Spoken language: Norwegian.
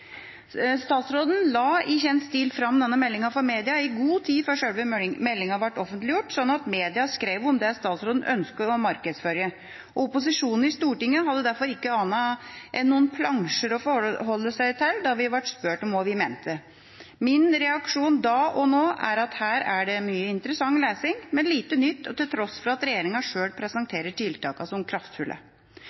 Statsråden la i kjent stil fram denne meldinga for media i god tid før selve meldinga ble offentliggjort, slik at media skrev om det statsråden ønsket å markedsføre. Vi i opposisjonen i Stortinget hadde derfor ikke annet enn noen plansjer å forholde oss til da vi ble spurt om hva vi mente. Min reaksjon da – og nå – er at her er det mye interessant lesning, men lite nytt, til tross for at regjeringa selv presenterer tiltakene som kraftfulle.